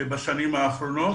בשנים האחרונות,